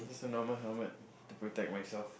just a normal helmet to protect myself